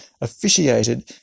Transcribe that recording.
officiated